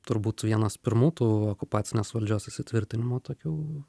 turbūt vienas pirmų tų okupacinės valdžios įsitvirtinimo tokių